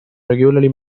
regularly